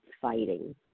fighting